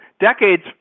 decades